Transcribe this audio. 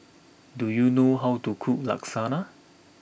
do you know how to cook lasagna